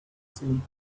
same